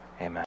amen